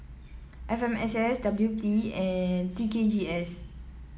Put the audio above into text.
F M S S W P and T K G S